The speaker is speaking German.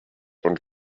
und